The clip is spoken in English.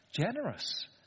generous